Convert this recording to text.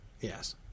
Yes